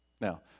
Now